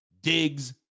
digs